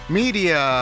media